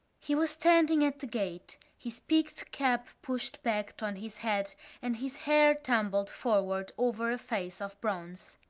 he was standing at the gate, his peaked cap pushed back on his head and his hair tumbled forward over a face of bronze.